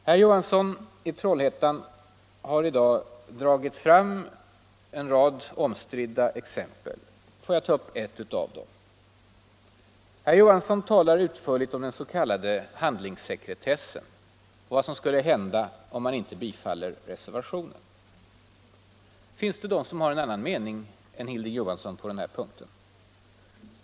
Herr Johansson i Trollhättan har i dag dragit fram en rad omstridda exempel. Får jag ta upp ett av dem. Han talar utförligt om den s.k. handlingssekretessen och vad som skulle hända om man inte bifaller reservationen. Nu finns det de som har en helt annan mening än Hilding Johansson på den här punkten.